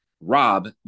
Rob